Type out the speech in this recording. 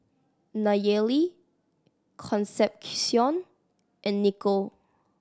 Nayely Concepcion and Nikko